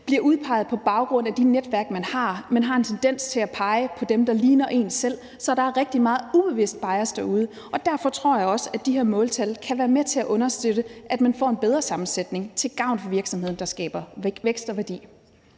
bliver udpeget på baggrund af de netværk, de har. Man har en tendens til at pege på dem, der ligner en selv, så der er rigtig meget ubevidst bias derude, og derfor tror jeg også, at de her måltal kan være med til at understøtte, at man får en bedre sammensætning til gavn for virksomheden, der skaber vækst og værdi.